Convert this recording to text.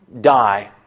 die